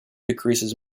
decreases